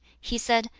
he said,